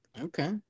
Okay